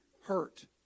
hurt